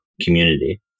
community